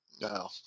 No